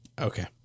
Okay